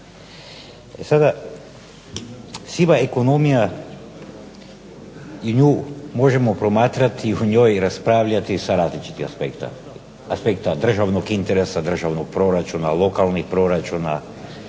sada siva ekonomija i nju možemo promatrati, o njoj raspravljati sa različitih aspekta, aspekta državnog interesa, državnog proračuna, lokalnih proračuna,